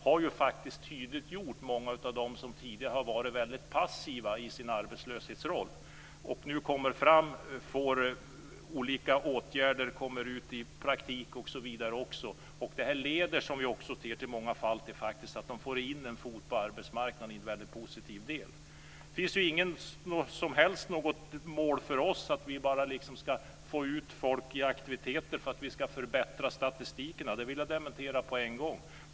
Den har faktiskt tydliggjort många av dem som tidigare har varit väldigt passiva i sin roll som arbetslösa. De kommer nu fram, får olika åtgärder, kommer ut i praktik osv. Det leder, som vi också ser, i många fall till att de får in en fot på arbetsmarknaden. Det är väldigt positivt. Det är inte något som helst mål för oss att bara få ut folk i aktiviteter för att vi ska förbättra statistiken. Det vill jag dementera på en gång.